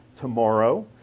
tomorrow